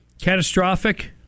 catastrophic